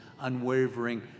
unwavering